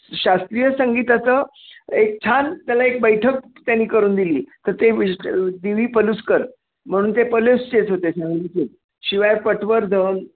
शास्त्रीय संगीताचं एक छान त्याला एक बैठक त्यांनी करून दिली तर ते डी वी पलुस्कर म्हणून ते पलुसचेच होते सांगलीचेच शिवाय पटवर्धन